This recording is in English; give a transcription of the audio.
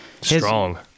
strong